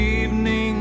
evening